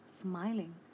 smiling